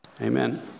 Amen